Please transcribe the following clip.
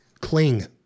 cling